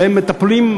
שהם מטפלים,